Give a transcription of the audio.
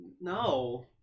no